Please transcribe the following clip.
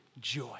joy